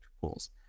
pools